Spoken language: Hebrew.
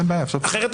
אפשר